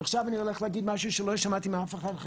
ועכשיו אני הולך להגיד משהו שלא שמעתי מאף אחד אחר,